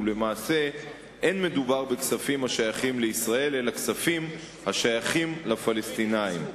ולמעשה לא מדובר בכספים השייכים לישראל אלא בכספים השייכים לפלסטינים.